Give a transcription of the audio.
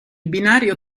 binario